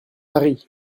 paris